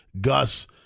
Gus